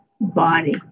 body